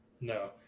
No